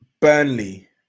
Burnley